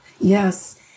Yes